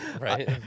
Right